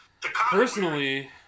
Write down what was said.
personally